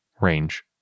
range